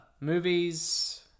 movies